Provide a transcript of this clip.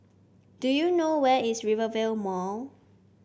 do you know where is Rivervale Mall